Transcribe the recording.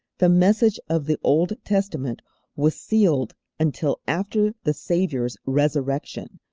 the message of the old testament was sealed until after the saviour's resurrection,